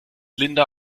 linda